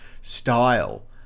style